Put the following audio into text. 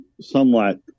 somewhat